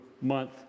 month